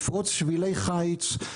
לפרוץ שבילי חיץ,